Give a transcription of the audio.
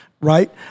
right